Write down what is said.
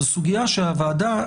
זו סוגיה שהוועדה,